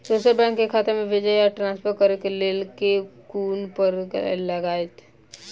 दोसर बैंक केँ खाता मे भेजय वा ट्रान्सफर करै केँ लेल केँ कुन पेपर लागतै?